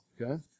Okay